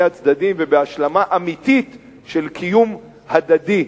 הצדדים ובהשלמה אמיתית של קיום הדדי,